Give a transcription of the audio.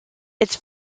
its